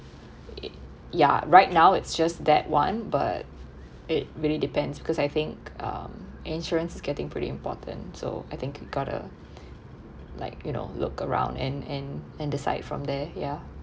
ya right now it's just that [one] but it really depends because I think um insurance is getting pretty important so I think you got to like you know look around and and and decide from there ya